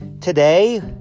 Today